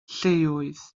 lleoedd